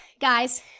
guys